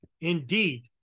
indeed